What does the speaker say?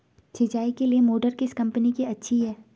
सिंचाई के लिए मोटर किस कंपनी की अच्छी है?